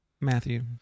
matthew